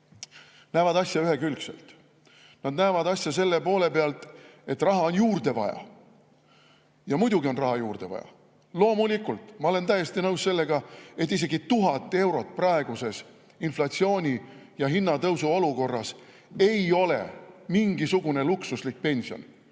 [räägivad] asjast ühekülgselt. [Räägitakse] sellest, et raha on juurde vaja. Muidugi on raha juurde vaja. Loomulikult olen ma täiesti nõus sellega, et isegi 1000 eurot praeguses inflatsiooni ja hinnatõusu olukorras ei ole mingisugune luksuslik pension.